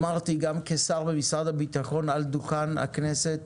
אמרתי גם כשר במשרד הביטחון על דוכן הכנסת,